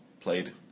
played